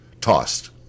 tossed